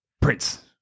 Prince